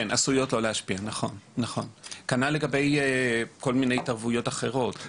נכון, כנ"ל לגבי כל מיני התערבויות אחרות.